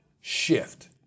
shift